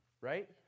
Right